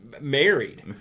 married